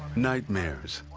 nightmares,